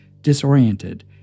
disoriented